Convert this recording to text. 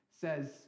says